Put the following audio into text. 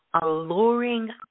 alluring